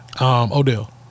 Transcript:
Odell